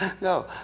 No